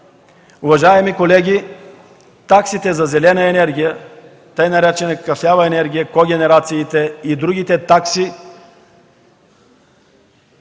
Уважаеми колеги, таксите за зелена енергия, така наречената „кафява енергия“, когенерациите и другите такси